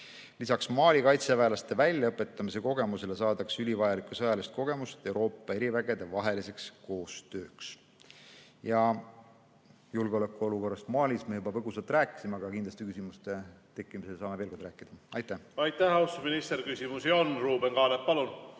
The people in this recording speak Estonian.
Lisaks Mali kaitseväelaste väljaõpetamise kogemusele saadakse ülivajalikku sõjalist kogemust Euroopa erivägede vaheliseks koostööks. Julgeolekuolukorrast Malis me juba põgusalt rääkisime, aga küsimuste tekkimisel saame veel kord kindlasti rääkida. Aitäh! Aitäh, austatud minister! Küsimusi on. Ruuben Kaalep, palun!